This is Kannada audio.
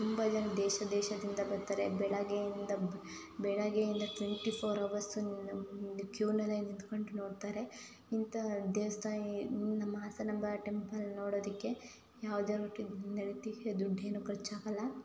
ತುಂಬ ಜನ ದೇಶ ದೇಶದಿಂದ ಬರ್ತಾರೆ ಬೆಳಗ್ಗೆಯಿಂದ ಬೆಳಗ್ಗೆಯಿಂದ ಟ್ವೆಂಟಿ ಫೋರ್ ಅವರ್ಸು ಕ್ಯೂನಲ್ಲೇ ನಿಂತ್ಕೊಂಡು ನೋಡ್ತಾರೆ ಇಂಥ ದೇವಸ್ಥಾನ ನಮ್ಮ ಹಾಸನಾಂಬ ಟೆಂಪಲ್ ನೋಡೋದಕ್ಕೆ ಯಾವುದೇ ಯಾವುದೇ ರೀತಿ ದುಡ್ಡೇನೂ ಖರ್ಚು ಆಗಲ್ಲ